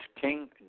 King